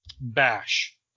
Bash